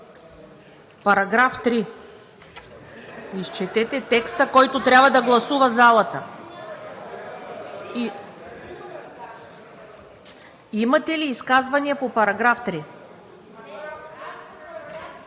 Параграф 3. Изчетете текста, който трябва да гласува залата. Имате ли изказвания по § 3?